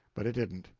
but it didn't.